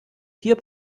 hier